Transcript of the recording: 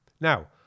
Now